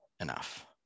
enough